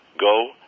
Go